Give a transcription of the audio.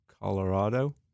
Colorado